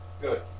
Good